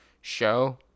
show